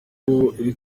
iri